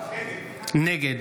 נגד